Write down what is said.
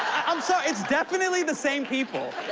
i'm sorry, it's definitely the same people.